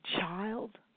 child